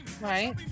Right